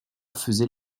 faisait